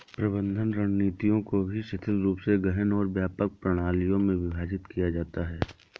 प्रबंधन रणनीतियों को भी शिथिल रूप से गहन और व्यापक प्रणालियों में विभाजित किया जाता है